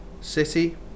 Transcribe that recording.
City